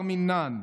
בר מינן.